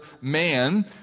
man